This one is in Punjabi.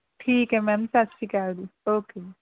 ਠੀਕ ਐ ਮੈਮ ਸਤਿ ਸ਼੍ਰੀ ਅਕਾਲ ਜੀ ਓਕੇ ਜੀ